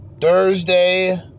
Thursday